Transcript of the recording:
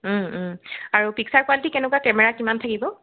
আৰু picture quality কেনেকুৱা কিমান থাকিব